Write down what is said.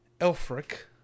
Elfric